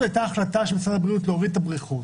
פשוט הייתה החלטה של משרד הבריאות להוריד את הבריכות